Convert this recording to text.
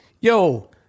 yo